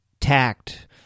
tact